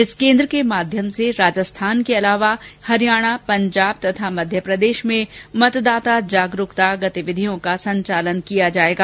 इस केन्द्र के माध्यम से राजस्थान के अलावा हरियाणा पंजाब तथा मध्यप्रदेश में मतदान जागरुकता कार्यक्रमों का संचालन किया जाएगा